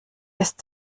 ist